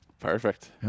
Perfect